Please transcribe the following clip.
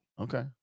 Okay